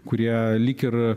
kurie lyg ir